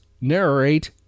narrate